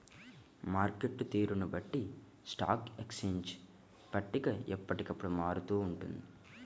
market తీరును బట్టి stock exchange పట్టిక ఎప్పటికప్పుడు మారుతూ ఉంటుంది